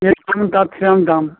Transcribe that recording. যে তার সেরম দাম